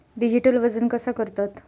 Digital वजन कसा करतत?